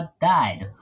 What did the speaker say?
died